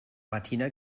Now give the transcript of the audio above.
martina